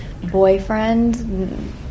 boyfriend